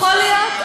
יכול להיות,